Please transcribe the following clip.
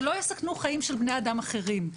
שלא יסכנו חיים של בני אדם אחרים.